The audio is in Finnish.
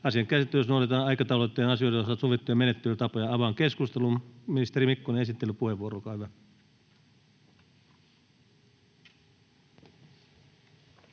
Asian käsittelyssä noudatetaan aikataulutettujen asioiden osalta sovittuja menettelytapoja. — Avaan keskustelun. Ministeri Mikkonen, esittelypuheenvuoro, olkaa